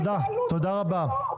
תודה רבה.